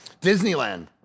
Disneyland